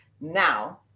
now